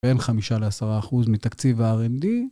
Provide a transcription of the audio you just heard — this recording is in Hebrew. ובין חמישה לעשרה אחוז מתקציב ה-R&D.